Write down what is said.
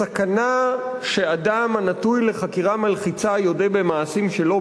הסכנה שאדם הנתון לחקירה מלחיצה יודה במעשים שלא